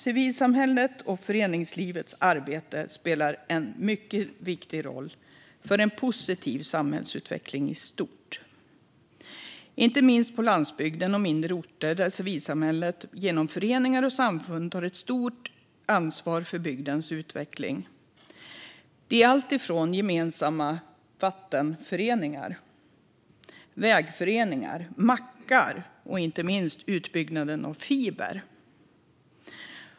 Civilsamhällets och föreningslivets arbete spelar en mycket viktig roll för en positiv samhällsutveckling i stort - inte minst på landsbygden och mindre orter, där civilsamhället genom föreningar och samfund tar ett stort ansvar för bygdens utveckling. Det är alltifrån gemensamma vattenföreningar och vägföreningar till mackar och inte minst utbyggnaden av fiber.